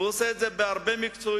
והוא עושה את זה עם הרבה מקצועיות.